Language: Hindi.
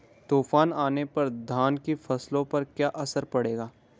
तूफान आने पर धान की फसलों पर क्या असर पड़ेगा?